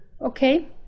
okay